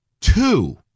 two